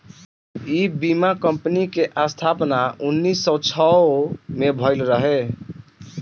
इ बीमा कंपनी के स्थापना उन्नीस सौ छह में भईल रहे